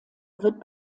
wird